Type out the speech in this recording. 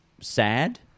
sad